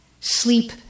sleep